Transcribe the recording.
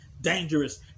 dangerous